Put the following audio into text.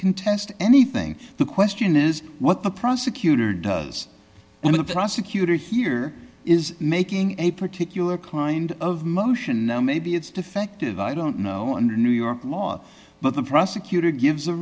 contest anything the question is what the prosecutor does and the prosecutor here is making a particular kind of motion maybe it's defective i don't know under new york law but the prosecutor gives a